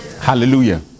Hallelujah